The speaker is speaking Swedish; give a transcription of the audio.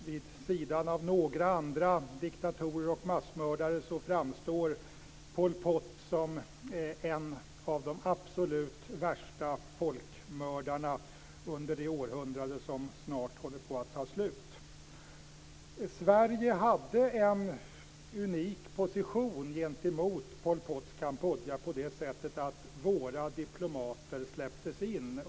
Vid sidan av några andra diktatorer och massmördare framstår Pol Pot som en av de absolut värsta folkmördarna under det århundrade som nu håller på att ta slut. Sverige hade en unik position gentemot Pol Pots Kambodja på det sättet att våra diplomater släpptes in.